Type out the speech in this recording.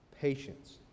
patience